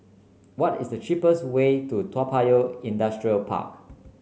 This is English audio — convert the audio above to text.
what is the cheapest way to Toa Payoh Industrial Park